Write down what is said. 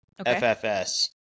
FFS